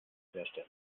herrschte